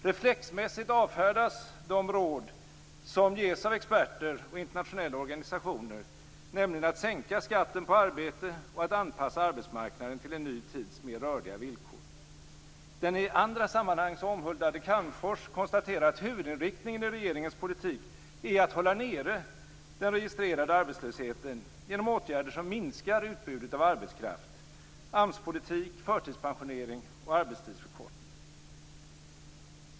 Reflexmässigt avfärdas de råd som ges av experter och internationella organisationer, nämligen att sänka skatten på arbete och att anpassa arbetsmarknaden till en ny tids mer rörliga villkor. Den i andra sammanhang så omhuldade Calmfors konstaterar att huvudinriktningen i regeringens politik är att hålla nere den registrerade arbetslösheten genom åtgärder som minskar utbudet av arbetskraft: AMS-politik, förtidspensionering och arbetstidsförkortning.